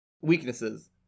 Weaknesses